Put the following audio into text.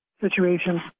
situation